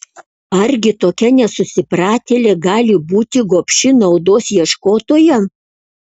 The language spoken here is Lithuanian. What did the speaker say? argi tokia nesusipratėlė gali būti gobši naudos ieškotoja